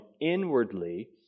inwardly